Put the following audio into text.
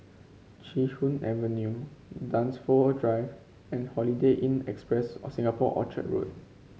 Chee Hoon Avenue Dunsfold Drive and Holiday Inn Express Singapore Orchard Road